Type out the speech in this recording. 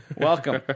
Welcome